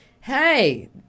Hey